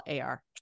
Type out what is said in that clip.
AR